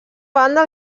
banda